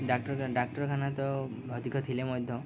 ଡ଼ାକ୍ଟରଖାନା ତ ଅଧିକ ଥିଲେ ମଧ୍ୟ